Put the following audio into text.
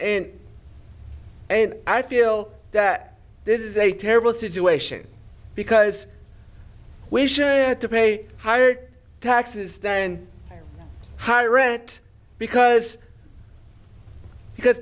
hope and i feel that this is a terrible situation because we should have to pay higher taxes than hiring it because because